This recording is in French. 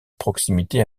proximité